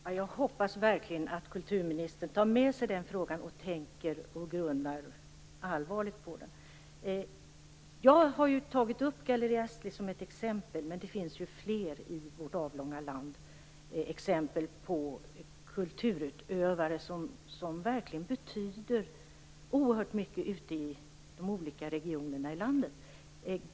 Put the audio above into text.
Fru talman! Jag hoppas verkligen att kulturministern tar med sig frågan och grunnar allvarligt på den. Jag har tagit Galleri Astley som ett exempel, men det finns i vårt avlånga land fler exempel på kulturutövare som verkligen betyder oerhört mycket ute i de olika regionerna i landet.